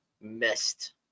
missed